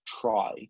try